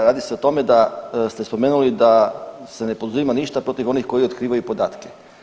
Radi se o tome da ste spomenuli da se ne poduzima ništa protiv onih koji otkrivaju podatke.